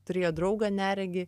turėjo draugą neregį